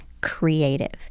creative